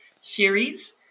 series